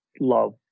love